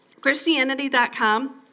Christianity.com